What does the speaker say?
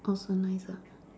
also nice ah